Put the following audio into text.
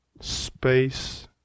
space